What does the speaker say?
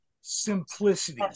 simplicity